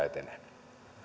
etenee